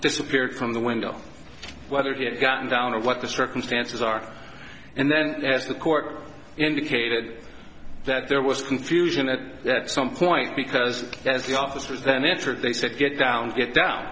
disappeared from the window whether he had gotten down and what the circumstances are and then as the court indicated that there was confusion at that some point because as the officers then answered they said get down get down